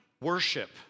worship